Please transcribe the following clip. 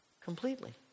Completely